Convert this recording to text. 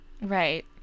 Right